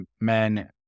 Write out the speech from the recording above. men